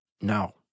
No